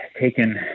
taken